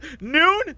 Noon